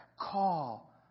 call